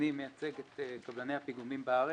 אני מייצג את קבלני הפיגומים בארץ.